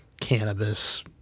cannabis